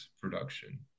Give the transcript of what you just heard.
production